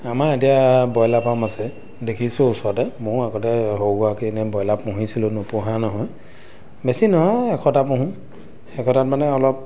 আমাৰ এতিয়া broiler farm আছে দেখিছোঁ ওচৰতে ময়ো আগতে সৰু সুৰাকৈ এনেই ব্ৰইলাৰ পুহিছিলোঁ নোপোহা নহয় বেছি নহয় এশটা পোহোঁ এশটাত মানে অলপ